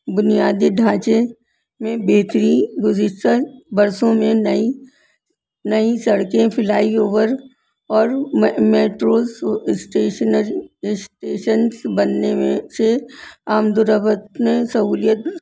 بنیادی ڈھانچے میں بہتری گزشتہ برسوں میں نئی نئی سڑکیں فلائی اوور اور میٹرو اسٹیشنری اسٹیشنس بننے میں سے آمد و رفت میں سہولیت